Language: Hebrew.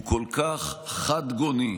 הוא כל כך חדגוני,